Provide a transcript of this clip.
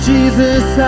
Jesus